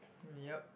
yup